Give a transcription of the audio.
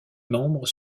membres